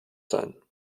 sein